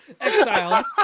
Exile